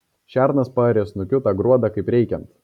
šernas paarė snukiu tą gruodą kaip reikiant